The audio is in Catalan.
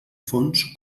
fons